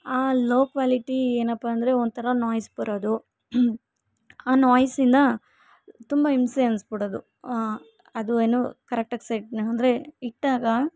ಆ low quality ಏನಪ್ಪ ಅಂದರೆ ಒಂಥರ ನೋಯ್ಸ್ ಬರೋದು ಆ ನೋಯ್ಸಿಂದ ತುಂಬ ಹಿಂಸೆ ಅನಿಸ್ಬಿಡೋದು ಅದು ಏನು ಕರೆಕ್ಟಾಗಿ ಸೆಟ್ ಅಂದರೆ ಇಟ್ಟಾಗ